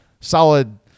solid